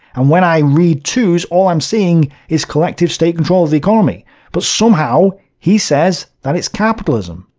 and when i read tooze all i'm seeing is collective state control of the economy but somehow he says that it's capitalism.